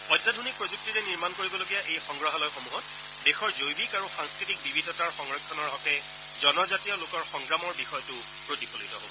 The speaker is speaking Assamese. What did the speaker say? অত্যাধুনিক প্ৰযুক্তিৰে নিৰ্মাণ কৰিবলগীয়া এই সংগ্ৰহালয়সমূহত দেশৰ জৈৱিক আৰু সাংস্কৃতিক বিবিধতাৰ সংৰক্ষণৰ হকে জনজাতীয় লোকৰ সংগ্ৰামৰ বিষয়টো প্ৰতিফলিত হ'ব